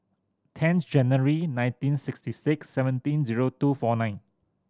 tenth January nineteen sixty six seventeen zero two four nine